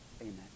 Amen